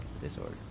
disorder